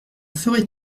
ferais